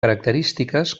característiques